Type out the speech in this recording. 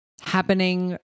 happening